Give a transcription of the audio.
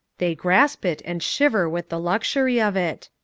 they grasp it and shiver with the luxury of it.